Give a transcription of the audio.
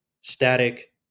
static